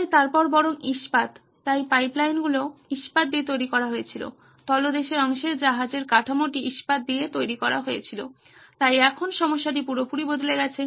তাই তারপর বরং ইস্পাত তাই পাইপলাইনগুলি ইস্পাত দিয়ে তৈরি করা হয়েছিল তলদেশের অংশে জাহাজের কাঠামোটি ইস্পাত দিয়ে তৈরি হয়েছিল তাই এখন সমস্যাটি পুরোপুরি বদলে গেছে